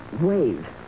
wave